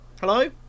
Hello